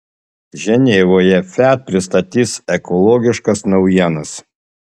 ženevoje fiat pristatys ekologiškas naujienas